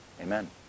Amen